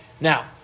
Now